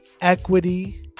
equity